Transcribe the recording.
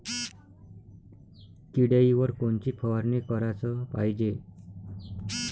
किड्याइवर कोनची फवारनी कराच पायजे?